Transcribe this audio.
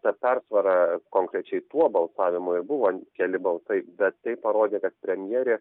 tą pertvarą konkrečiai tuo balsavimu ir buvo keli balsai bet tai parodė kad premjerė